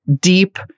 deep